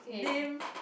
name